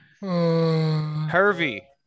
Hervey